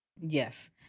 Yes